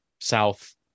South